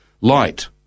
light